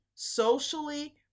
socially